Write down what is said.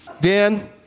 Dan